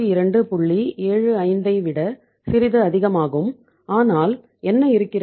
75ஐ விட சிறிது அதிகமாகும் ஆனால் என்ன இருக்கிறது